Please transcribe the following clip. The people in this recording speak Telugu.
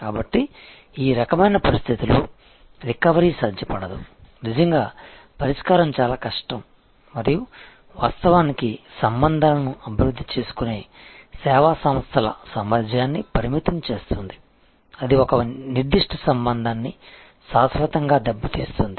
కాబట్టి ఈ రకమైన పరిస్థితిలో రికవరీ సాధ్యపడదు నిజంగా పరిష్కారం చాలా కష్టం మరియు వాస్తవానికి సంబంధాలను అభివృద్ధి చేసుకునే సేవా సంస్థల సామర్థ్యాన్ని పరిమితం చేస్తుంది అది ఒక నిర్దిష్ట సంబంధాన్ని శాశ్వతంగా దెబ్బతీస్తుంది